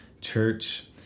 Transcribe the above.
Church